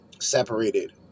separated